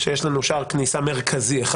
שיש לנו שער כניסה מרכזי אחד.